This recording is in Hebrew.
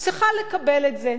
צריכה לקבל את זה,